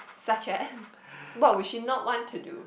such as what would you not want to do